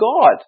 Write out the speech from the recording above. God